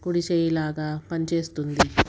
కుడి చెయ్యి లాగా పనిచేస్తుంది